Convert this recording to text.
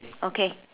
okay